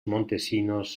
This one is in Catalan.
montesinos